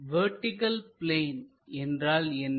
vertical plane என்றால் என்ன